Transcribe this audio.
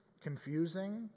confusing